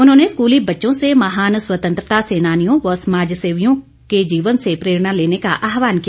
उन्होंने स्कूली बच्चों से महान स्वतंत्रता सैनानियों व समाज सेवियों के जीवन से प्रेरणा लेने का आहवान किया